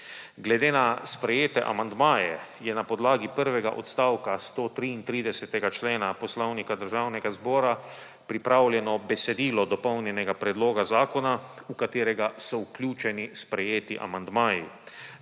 Glede na sprejete amandmaje je na podlagi prvega odstavka 133. člena Poslovnika Državnega zbora pripravljeno besedilo dopolnjenega predloga zakona, v katerega so vključeni sprejeti amandmaji.